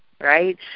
right